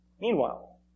Meanwhile